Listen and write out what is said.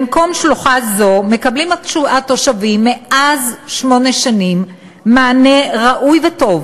במקום שלוחה זו מקבלים התושבים זה שמונה שנים מענה ראוי וטוב